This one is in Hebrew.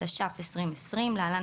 התש"ף 2020 (להלן,